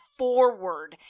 forward